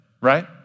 right